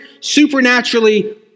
supernaturally